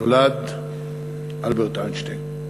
נולד אלברט איינשטיין.